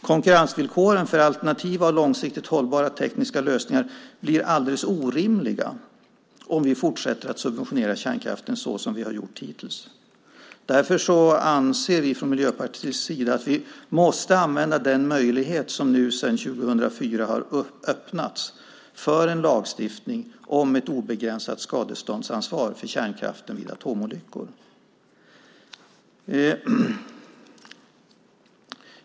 Konkurrensvillkoren för alternativa och långsiktigt hållbara tekniska lösningar blir alldeles orimliga om vi fortsätter att subventionera kärnkraften som vi har gjort hittills. Därför anser vi i Miljöpartiet att vi måste använda den möjlighet som sedan 2004 finns för en lagstiftning om ett obegränsat skadeståndsansvar för kärnkraften vid atomolyckor.